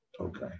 Okay